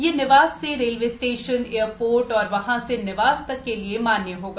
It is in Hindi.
यह निवास से रेलवे स्टेशन एयरपोर्ट और यहाँ से निवास तक के लिये मान्य होगा